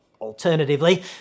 alternatively